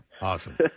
Awesome